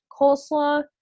coleslaw